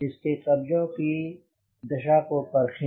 इसके कब्जो की दशा को परखें